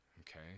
okay